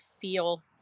feel